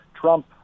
Trump